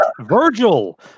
Virgil